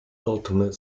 ultimate